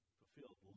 fulfilled